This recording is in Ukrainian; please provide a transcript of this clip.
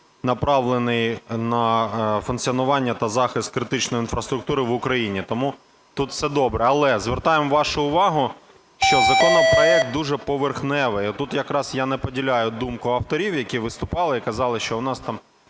направлений на функціонування та захист критичної інфраструктури в Україні, тому тут все добре. Але звертаємо вашу увагу, що законопроект дуже поверхневий. Тут якраз я не поділяю думку авторів, які виступали і казали, що у нас там